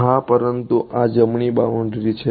હા પરંતુ આ જમણી બાઉન્ડ્રી છે